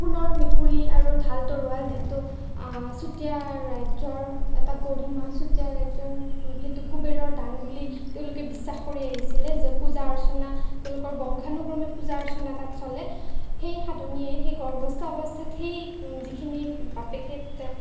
সোণৰ মেকুৰি আৰু ধাল তৰোৱাল যিটো চুতীয়া ৰাজ্যৰ এটা গৰিমা চুতীয়া ৰাজ্যৰ সেইটো কুবেৰৰ দান বুলি তেওঁলোকে বিশ্বাস কৰি আহিছিলে য'ত পূজা অৰ্চনা তেওঁলোকৰ বংশানুক্ৰমে পূজা অৰ্চনা তাত চলে সেই সাধনীয়ে সেই গৰ্ভস্থ অৱস্থাত সেই যিখিনি বাপেকে